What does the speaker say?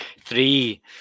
three